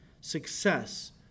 success